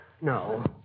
No